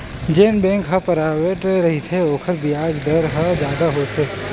जेन बेंक ह पराइवेंट रहिथे ओखर बियाज दर ह जादा होथे